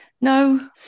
No